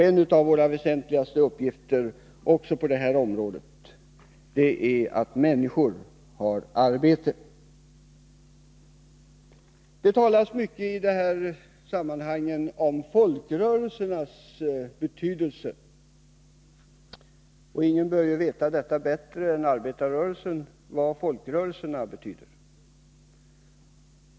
En av våra väsentligaste uppgifter också på det här området är därför att se till att människor har arbete. I dessa sammanhang talas det mycket om folkrörelsernas betydelse. Ingen bör känna till den bättre än arbetarrörelsen.